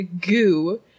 goo